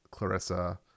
Clarissa